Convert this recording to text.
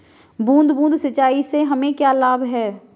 बूंद बूंद सिंचाई से हमें क्या लाभ है?